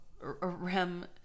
REM